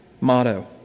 motto